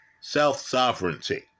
self-sovereignty